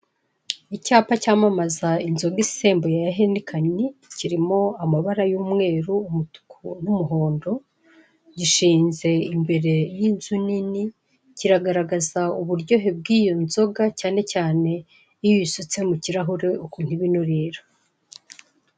Icyapa cyamamaza inzoga isembuye ya Heineken kirimo amabara y'umweru, umutuku n'umuhondo gishinze imbere y'inzu nini kiragaragaza uburyohe bw'iyo nzoga cyane cyane iyo uyisutse mu kirahuri ukuntu iba inurira.